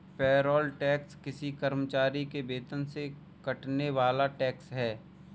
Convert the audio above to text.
payroll tax किसी कर्मचारी के वेतन से कटने वाला टैक्स है